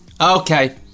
Okay